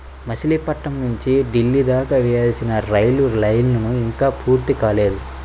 మచిలీపట్నం నుంచి ఢిల్లీ దాకా వేయాల్సిన రైలు లైను ఇంకా పూర్తి కాలేదు